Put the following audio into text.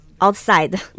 outside